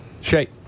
Shake